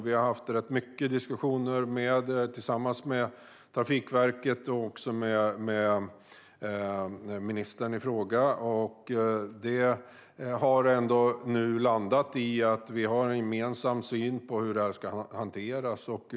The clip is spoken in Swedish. Vi har haft rätt mycket diskussioner med Trafikverket och med ministern ifråga, och det har nu landat i att vi har en gemensam syn på hur detta ska hanteras.